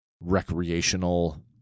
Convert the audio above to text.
recreational